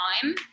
time